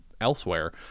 elsewhere